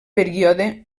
període